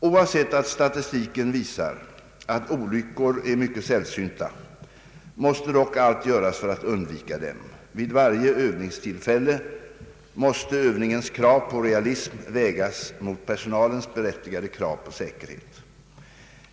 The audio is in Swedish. Oavsett att statistiken visar att olyckor är mycket sällsynta måste dock allt göras för att undvika dem. Vid varje övningstillfälle måste övningens krav på realism vägas mot personalens berättigade krav på säkerhet.